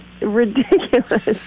ridiculous